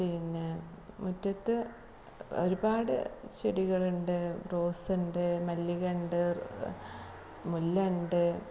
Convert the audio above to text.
പിന്നെ മുറ്റത്ത് ഒരുപാട് ചെടികളുണ്ട് റോസ് ഉണ്ട് മല്ലിക ഉണ്ട് മുല്ല ഉണ്ട്